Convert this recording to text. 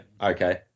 Okay